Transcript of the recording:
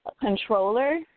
controller